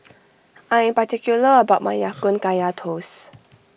I am particular about my Ya Kun Kaya Toast